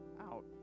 out